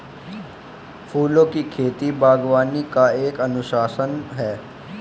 फूलों की खेती, बागवानी का एक अनुशासन है